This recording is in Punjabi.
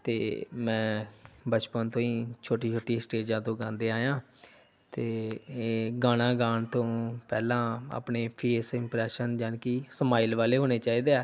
ਅਤੇ ਮੈਂ ਬਚਪਨ ਤੋਂ ਹੀ ਛੋਟੀ ਛੋਟੀ ਸਟੇਜਾਂ ਤੋਂ ਗਾਂਦੇ ਆਇਆਂ ਅਤੇ ਇਹ ਗਾਣਾ ਗਾਉਣ ਤੋਂ ਪਹਿਲਾਂ ਆਪਣੇ ਫੇਸ ਇੰਪਰੈਸ਼ਨ ਜਾਣੀ ਕਿ ਸਮਾਇਲ ਵਾਲੇ ਹੋਣੇ ਚਾਹੀਦੇ ਹੈ